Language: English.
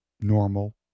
normal